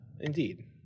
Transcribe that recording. indeed